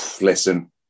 Listen